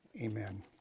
amen